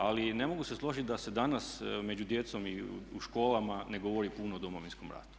Ali ne mogu se složiti da se danas među djecom i u školama ne govori puno o Domovinskom ratu.